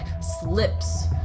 slips